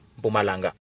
Bumalanga